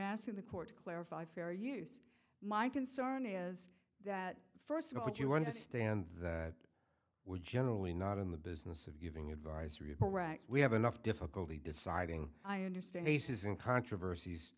asking the court to clarify fair use my concern is that first of all that you understand that we're generally not in the business of giving advisory if we have enough difficulty deciding i understand he says in controversies